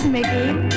Mickey